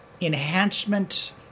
Enhancement